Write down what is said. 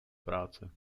práce